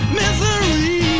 misery